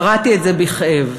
קראתי את זה בכאב.